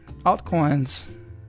altcoins